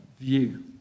view